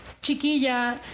chiquilla